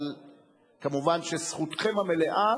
אבל מובן שזכותכם המלאה,